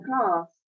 class